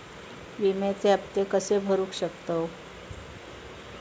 विम्याचे हप्ते कसे भरूचो शकतो?